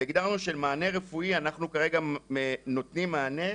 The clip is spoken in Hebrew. הגדרנו שלמענה רפואי אנחנו כרגע נותנים מענה,